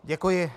Děkuji.